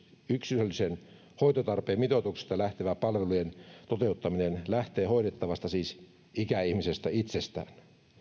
yksilöllisen hoitotarpeen mitoituksesta lähtevä palvelujen toteuttaminen lähtee hoidettavasta siis ikäihmisestä itsestään